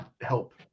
help